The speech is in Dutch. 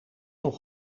nog